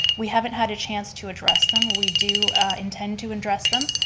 we haven't had a chance to address them. we do intend to address them,